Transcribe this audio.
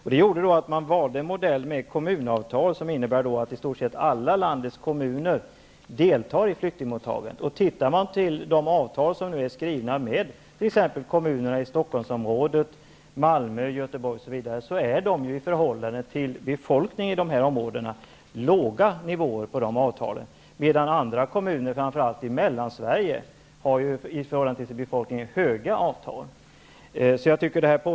Vi valde då en modell med kommunavtal som innebär att i stort sett alla landets kommuner deltar i flyktingmottagandet. Stockholmsområdet, Malmö och Göteborg visar att man i förhållande till befolkningen i dessa områden tar emot flyktingar, medan andra kommuner, framför allt i Mellansverige, har avtal om höga mottagningssiffror i förhållande till sin befolkning.